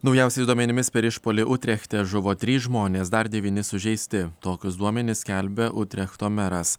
naujausiais duomenimis per išpuolį utrechte žuvo trys žmonės dar devyni sužeisti tokius duomenis skelbia utrechto meras